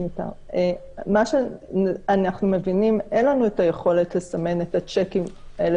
ממה שאנחנו מבינים אין לנו את היכולת לסמן את השיקים האלה